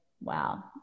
wow